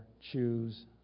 choose